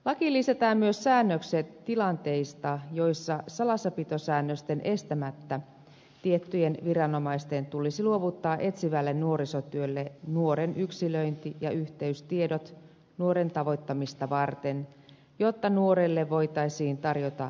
lakiin lisätään myös säännökset tilanteista joissa salassapitosäännösten estämättä tiettyjen viranomaisten tulisi luovuttaa etsivälle nuorisotyölle nuoren yksilöinti ja yhteystiedot nuoren tavoittamista varten jotta nuorelle voitaisiin tarjota varhaista tukea